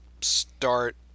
start